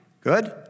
Good